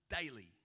daily